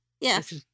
Yes